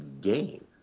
game